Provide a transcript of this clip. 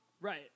Right